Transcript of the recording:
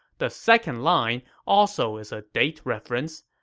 the second line also is a date reference.